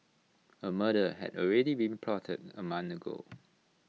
A murder had already been plotted A month ago